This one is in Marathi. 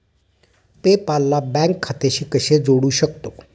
पे पाल ला बँक खात्याशी कसे जोडू शकतो?